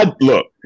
Look